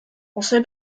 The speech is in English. also